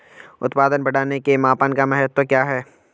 उत्पादन बढ़ाने के मापन का महत्व क्या है?